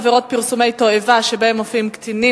עבירות פרסומי תועבה שבהם מופיעים קטינים),